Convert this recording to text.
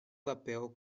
papel